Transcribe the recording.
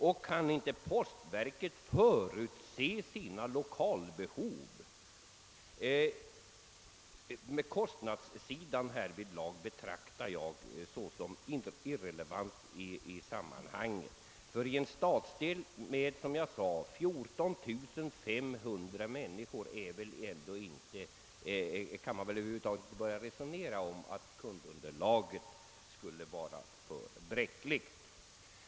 Och kan inte postverket förutse sina lokalbehov? Kostnadssidan betraktar jag såsom irrelevant i sammanhanget, ty när det gäller en stadsdel med — som jag sade — 14 500 människor kan man väl över huvud taget inte resonera om att kundunderlaget skulle vara för bräckligt.